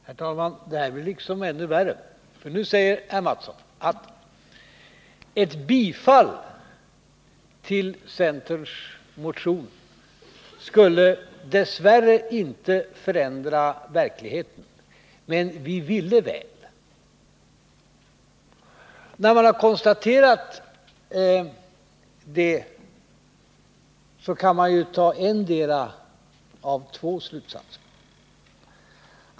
Herr talman! Detta blir liksom ännu värre, för nu säger Kjell Mattsson att ett bifall till centerns motion dess värre inte skulle förändra verkligheten. ”Men vi ville väl”, förklarar Kjell Mattsson. När vi har konstaterat detta, kan vi dra endera av två slutsatser.